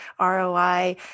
ROI